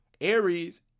Aries